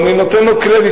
אז אני נותן לו קרדיט,